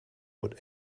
would